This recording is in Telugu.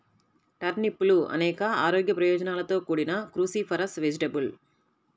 టర్నిప్లు అనేక ఆరోగ్య ప్రయోజనాలతో కూడిన క్రూసిఫరస్ వెజిటేబుల్